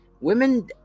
Women